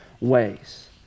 ways